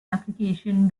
application